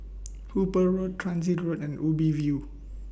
Hooper Road Transit Road and Ubi View